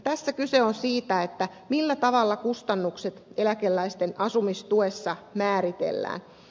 tässä kyse on siitä millä tavalla kustannukset eläkeläisten asumistuessa määritellään